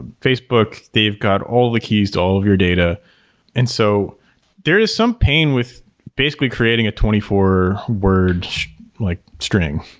facebook, they've got all the keys to all of your data and so there is some pain with basically creating a twenty four word like string,